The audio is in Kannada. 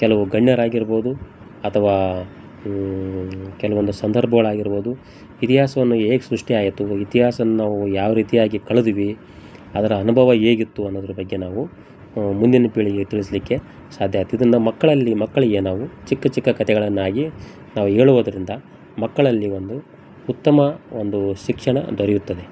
ಕೆಲವು ಗಣ್ಯರಾಗಿರ್ಬೋದು ಅಥವಾ ಕೆಲವೊಂದು ಸಂದರ್ಭಗಳಾಗಿರ್ಬೋದು ಇತಿಹಾಸವನ್ನು ಹೇಗ್ ಸೃಷ್ಟಿ ಆಯಿತು ಇತಿಹಾಸವನ್ನ ನಾವು ಯಾವ ರೀತಿಯಾಗಿ ಕಳೆದ್ವಿ ಅದರ ಅನುಭವ ಹೇಗಿತ್ತು ಅನ್ನೋದ್ರ ಬಗ್ಗೆ ನಾವು ಮುಂದಿನ ಪೀಳಿಗೆಗೆ ತಿಳಿಸಲಿಕ್ಕೆ ಸಾಧ್ಯ ಆಗತ್ತೆ ಇದನ್ನು ಮಕ್ಕಳಲ್ಲಿ ಮಕ್ಕಳಿಗೆ ನಾವು ಚಿಕ್ಕ ಚಿಕ್ಕ ಕಥೆಗಳನ್ನಾಗಿ ನಾವು ಹೇಳುವದ್ರಿಂದ ಮಕ್ಕಳಲ್ಲಿ ಒಂದು ಉತ್ತಮ ಒಂದು ಶಿಕ್ಷಣ ದೊರೆಯುತ್ತದೆ